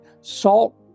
salt